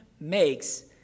makes